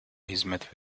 hizmet